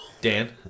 Dan